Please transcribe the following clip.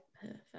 Perfect